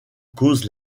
cause